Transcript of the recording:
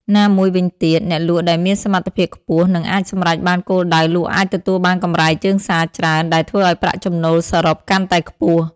ណាមួយវីញទៀត អ្នកលក់ដែលមានសមត្ថភាពខ្ពស់ និងអាចសម្រេចបានគោលដៅលក់អាចទទួលបានកម្រៃជើងសារច្រើន ដែលធ្វើឱ្យប្រាក់ចំណូលសរុបកាន់តែខ្ពស់។